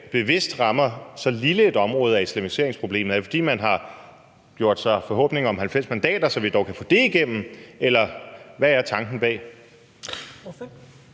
bevidst rammer så lille et område af islamiseringsproblemet? Er det, fordi man har gjort sig forhåbning om 90 mandater, så vi kan dog få det igennem? Eller hvad er tanken bag?